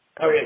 Okay